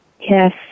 Yes